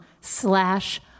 slash